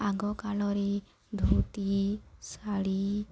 ଆଗକାଳରେ ଧୋତି ଶାଢ଼ୀ